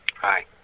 Hi